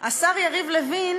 לסדר פעם